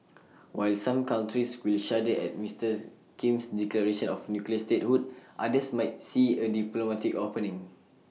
while some countries will shudder at Mister's Kim's declaration of nuclear statehood others might see A diplomatic opening